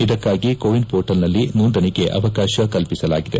ಇದಕ್ಕಾಗಿ ಕೋವಿನ್ ಪೋರ್ಟಲ್ನಲ್ಲಿ ನೋಂದಣಿಗೆ ಅವಕಾಶ ಕಲ್ಲಿಸಲಾಗಿದೆ